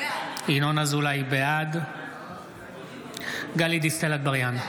בעד גלית דיסטל אטבריאן,